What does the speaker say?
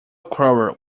quarrel